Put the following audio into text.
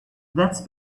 that’s